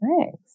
Thanks